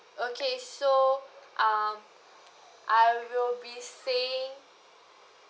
okay so um I will be saying